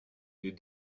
est